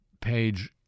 page